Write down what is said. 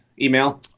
email